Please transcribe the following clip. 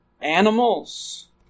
animals